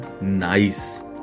nice